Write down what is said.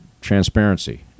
transparency